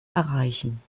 erreichen